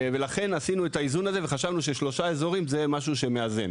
ולכן עשינו את האיזון הזה וחשבנו ששלושה אזורים זה משהו שמאזן.